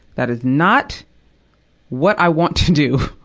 that is not what i want to do.